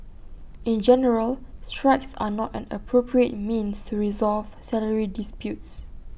in general strikes are not an appropriate means to resolve salary disputes